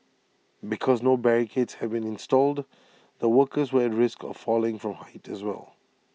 because no barricades had been installed the workers were at risk of falling from height as well